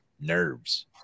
nerves